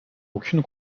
aucune